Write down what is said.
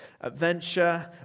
Adventure